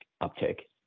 uptake